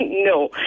No